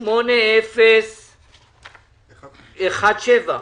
פנייה 8014 אושרה פנייה 8014 אושרה.